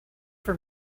for